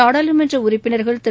நாடாளுமன்றஉறுப்பினர்கள் திரு